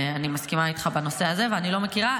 אני מסכימה איתך בנושא הזה, ואני לא מכירה.